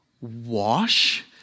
wash